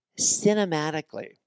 cinematically